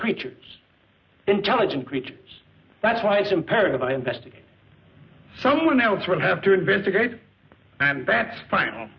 creatures intelligent creatures that's why it's imperative i investigate someone else would have to investigate and that fin